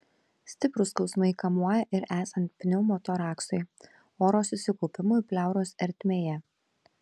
stiprūs skausmai kamuoja ir esant pneumotoraksui oro susikaupimui pleuros ertmėje